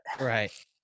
Right